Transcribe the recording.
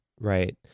Right